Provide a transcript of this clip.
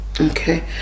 Okay